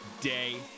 day